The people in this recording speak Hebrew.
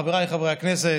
חבריי חברי הכנסת,